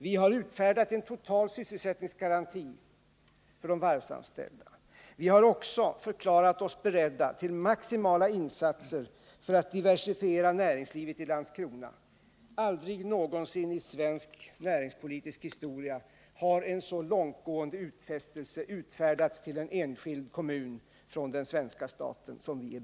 Vi har utfärdat en total sysselsättningsgaranti för de varvsanställda. Vi har också förklarat oss beredda till maximala insatser för att diversifiera näringslivet i Landskrona. Aldrig någonsin i svensk näringspolitisk historia har en så långtgående utfästelse utfärdats till en enskild kommun från den svenska staten.